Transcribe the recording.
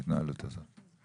ההתנהלות הזאת.